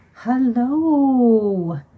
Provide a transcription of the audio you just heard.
Hello